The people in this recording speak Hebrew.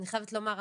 אני חייבת לומר,